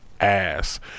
ass